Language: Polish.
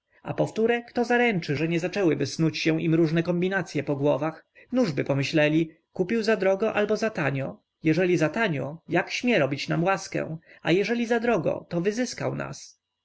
a powtóre kto zaręczy że nie zaczęłyby snuć im się różne kombinacye po głowach nużby pomyśleli kupił zadrogo albo zatanio jeżeli zatanio jak śmie robić nam łaskę a jeżeli zadrogo to wyzyskał nas